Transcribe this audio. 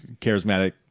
charismatic